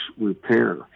repair